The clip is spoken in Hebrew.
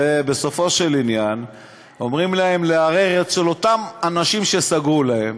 ובסופו של עניין אומרים להם לערער אצל אותם אנשים שסגרו להם,